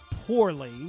poorly